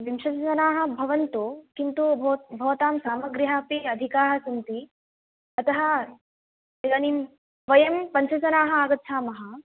विंशतिजनाः भवन्तु किन्तु भवतां सामग्र्यः अपि अधिकाः सन्ति अतः इदानीं वयं पञ्चजनाः आगच्छामः